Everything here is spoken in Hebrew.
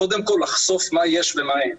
קודם כל לחשוף מה יש ומה אין.